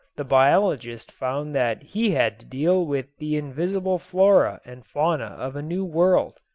the biologist found that he had to deal with the invisible flora and fauna of a new world.